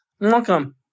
welcome